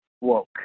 woke